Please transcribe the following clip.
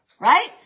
right